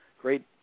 great